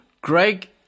Greg